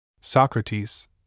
Socrates